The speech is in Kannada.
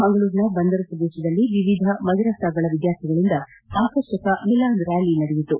ಮಂಗಳೂರಿನ ಬಂದರು ಪ್ರದೇಶದಲ್ಲಿ ವಿವಿಧ ಮದರಸಗಳ ವಿದ್ವಾರ್ಥಿಗಳಿಂದ ಆಕರ್ಷಕ ಮಿಲಾದ್ ರ್ನಾಲಿ ನಡೆಯಿತು